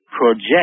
project